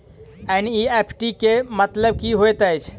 NEFT केँ मतलब की होइत अछि?